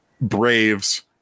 Braves